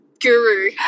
guru